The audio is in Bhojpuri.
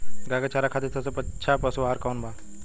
गाय के चारा खातिर सबसे अच्छा पशु आहार कौन बा?